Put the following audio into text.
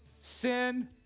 sin